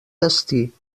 destí